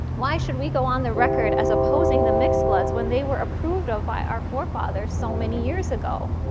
why should we go on the record as opposing the mixed bloods when they were approved of by our forefathers so many years ago?